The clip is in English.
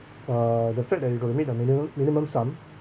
uh the fact that you got to meet a minimum minimum sum